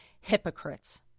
hypocrites